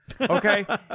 Okay